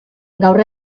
gaur